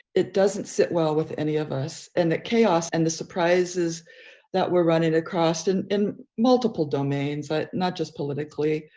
it doesn't sit well with any of us. and that chaos and the surprises that we're running across and multiple domains, but not just politically,